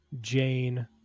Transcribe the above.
Jane